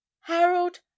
Harold